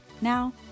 now